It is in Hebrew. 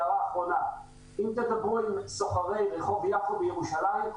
הערה אחרונה: אם תדברו עם סוחרי רחוב יפו בירושלים,